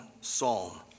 psalm